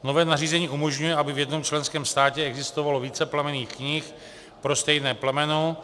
Nové nařízení umožňuje, aby v jednom členském státě existovalo více plemenných knih pro stejné plemeno.